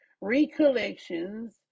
recollections